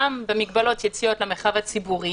גם במגבלות של יציאות למרחב הציבורי